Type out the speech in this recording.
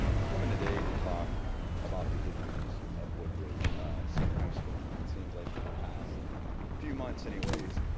i'm coming today to talk about the good news of woodbridge senior high school. it seems like in the past few months anyways,